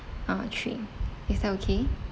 uh trip is that okay